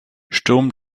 sturm